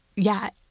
yeah,